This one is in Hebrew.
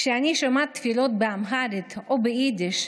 כשאני שומעת תפילות, באמהרית או ביידיש,